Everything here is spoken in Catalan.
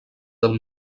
del